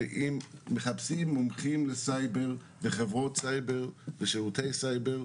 שאם מחפשים מומחים לסייבר וחברות סייבר ושירותי סייבר,